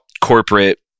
corporate